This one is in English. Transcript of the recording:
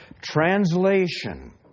translation